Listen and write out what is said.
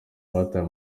bataye